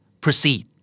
proceed